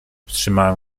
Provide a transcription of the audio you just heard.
wstrzymałem